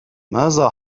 ماذا